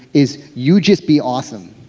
is you just be awesome.